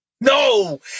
No